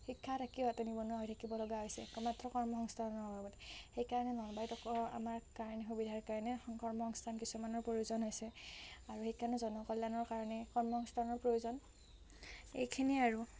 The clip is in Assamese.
শিক্ষা থাকিও সিহঁতে নিবনুৱা হৈ থাকিব লগা হৈছে মাত্ৰ কৰ্ম সংস্থাপনৰ অভাৱত সেই কাৰণে নলবাৰীত আমাৰ কাৰণে সুবিধাৰ কাৰণে কৰ্ম সংস্থান কিছুমানৰ প্ৰয়োজন হৈছে আৰু সেইকাৰণে জনকল্যাণৰ কাৰণে কৰ্ম সংস্থাপনৰ প্ৰয়োজন এইখিনিয়েই আৰু